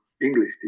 English